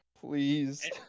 please